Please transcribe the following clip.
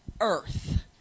earth